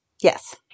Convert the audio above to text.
Yes